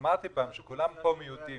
אמרתי פעם שכולם פה מיעוטים,